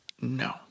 No